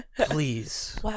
Please